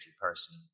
person